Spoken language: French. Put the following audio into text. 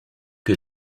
que